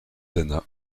dana